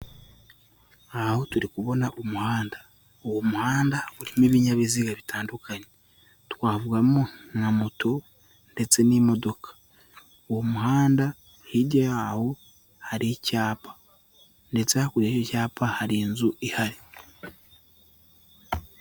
Aha ho turi kubona umuhanda, uwo muhanda urimo ibinyabiziga bitandukanye, twavugamo nka moto ndetse n'imodoka, uwo muhanda hirya yawo hari icyapa ndetse hakurya y'icyapa hari inzu ihari.